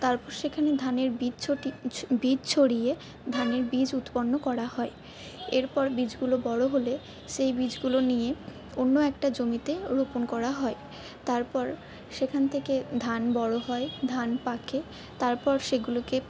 তারপর সেখানে ধানের বীজ ছটি বীজ ছড়িয়ে ধানের বীজ উৎপন্ন করা হয় এরপর বীজগুলো বড় হলে সেই বীজগুলো নিয়ে অন্য একটা জমিতে রোপন করা হয় তারপর সেখান থেকে ধান বড় হয় ধান পাকে তারপর সেগুলোকে